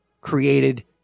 created